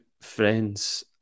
friends